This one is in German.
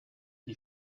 die